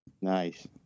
Nice